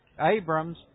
Abrams